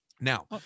Now